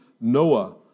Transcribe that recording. Noah